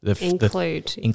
include